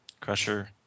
Crusher